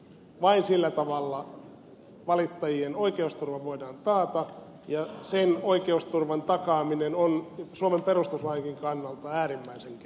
vain sillä tavalla valittajien oikeusturva voidaan taata ja sen oikeusturvan takaaminen on suomen perustuslainkin kannalta äärimmäisen keskeistä